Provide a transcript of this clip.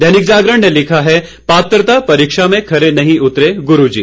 दैनिक जागरण ने लिखा है पात्रता परीक्षा में खरे नहीं उतरे गुरुजी